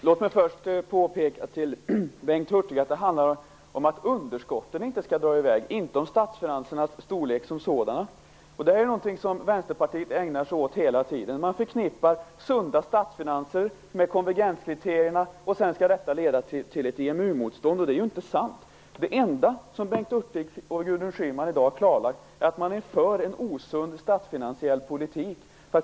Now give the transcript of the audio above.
Herr talman! Låt mig påpeka för Bengt Hurtig att det handlar om att underskotten inte skall dra i väg, inte om statsfinansernas storlek som sådana. Det som Vänsterpartiet hela tiden ägnar sig åt är att man förknippar sunda statsfinanser med konvergenskriterierna som sedan leder till ett EMU-motstånd. Det är inte så. Det enda som Bengt Hurtig och Gudrun Schyman i dag har klarlagt är att man är för en osund statsfinansiell politik.